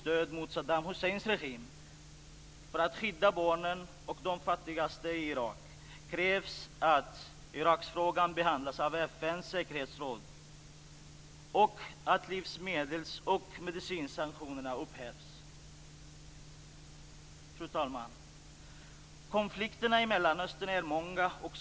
Strategier skall också utarbetas för att stärka barns rättigheter och livsvillkor. Det är dags, fru talman, att i handling visa att vårt engagemang för de mänskliga rättigheterna präglar hela utrikespolitiken och att det också inkluderar barn.